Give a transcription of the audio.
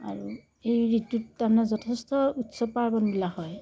আৰু এই ঋতুত তাৰমানে যথেষ্ট উৎসৱ পাৰ্বণবিলাক হয়